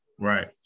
Right